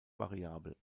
variabel